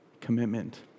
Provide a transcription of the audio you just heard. commitment